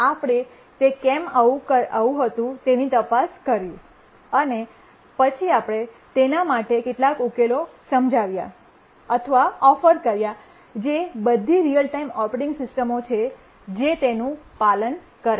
આપણે તે કેમ આવું હતું તેની તપાસ કરી અને પછી આપણે તેના માટે કેટલાક ઉકેલો સમજાવ્યા અથવા ઓફર કર્યા જે બધી રીઅલ ટાઇમ ઓપરેટિંગ સિસ્ટમો છે જે તેનું પાલન કરે છે